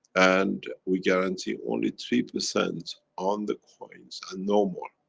and we guarantee only three percent on the coins, and no more.